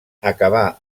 acabà